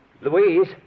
Louise